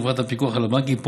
ובפרט הפיקוח על הבנקים,